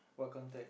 what contact